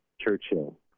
Churchill